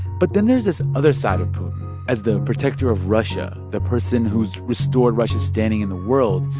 but then there's this other side of putin as the protector of russia, the person who's restored russia's standing in the world,